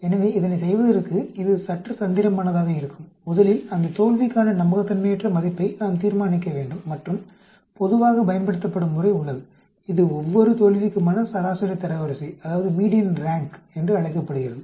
எனவே இதனை செய்வதற்கு இது சற்று தந்திரமானதாக இருக்கும் முதலில் அந்த தோல்விக்கான நம்பகத்தன்மையற்ற மதிப்பை நாம் தீர்மானிக்க வேண்டும் மற்றும் பொதுவாக பயன்படுத்தப்படும் முறை உள்ளது இது ஒவ்வொரு தோல்விக்குமான சராசரி தரவரிசை என்று அழைக்கப்படுகிறது